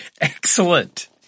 Excellent